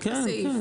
כן, כן.